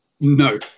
No